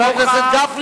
נושא דתי אחד,